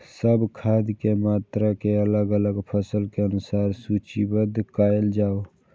सब खाद के मात्रा के अलग अलग फसल के अनुसार सूचीबद्ध कायल जाओ?